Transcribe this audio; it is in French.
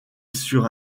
sur